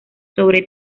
sobre